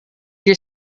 your